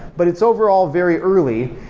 but it's overall very early.